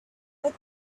what